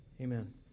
Amen